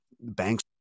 banks